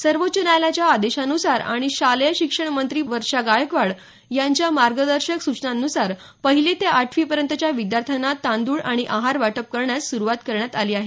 सर्वोच्च न्यायालयाच्या आदेशानुसार आणि शालेय शिक्षण मंत्री वर्षा गायकवाड यांच्या मार्गदर्शक सूचनांनुसार पहिली ते आठवी पर्यंतच्या विद्यार्थ्यांना तांदळ आणि आहार वाटप करण्यास सुरुवात करण्यात आली आहे